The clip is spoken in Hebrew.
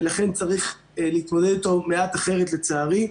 ולכן צריך להתמודד איתו מעט אחרת, לצערי.